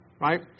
right